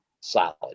solid